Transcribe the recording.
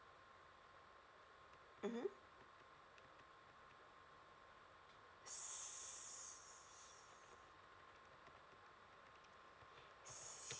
mmhmm